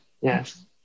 Yes